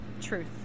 truth